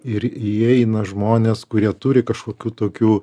ir įeina žmonės kurie turi kažkokių tokių